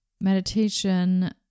Meditation